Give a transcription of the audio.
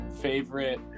favorite